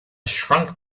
shrunk